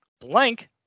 Blank